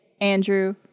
Andrew